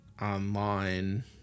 online